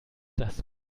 das